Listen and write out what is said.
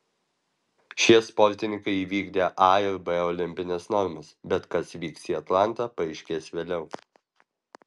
šie sportininkai įvykdė a ir b olimpines normas bet kas vyks į atlantą paaiškės vėliau